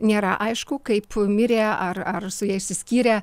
nėra aišku kaip mirė ar ar su ja išsiskyrė